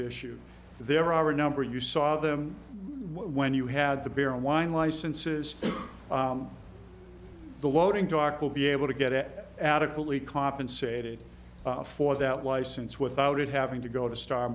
issued there are a number you saw them when you had the beer and wine licenses the loading dock will be able to get it adequately compensated for that license without it having to go to star